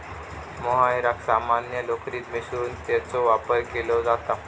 मोहायराक सामान्य लोकरीत मिसळून त्याचो वापर केलो जाता